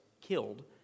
killed